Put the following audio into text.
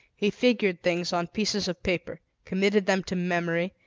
he figured things on pieces of paper, committed them to memory,